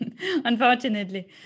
unfortunately